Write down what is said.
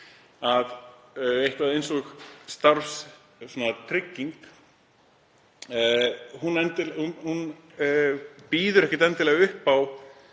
Eitthvað eins og starfstrygging býður ekkert endilega upp á